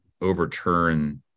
overturn